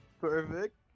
Perfect